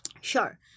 Sure